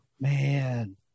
man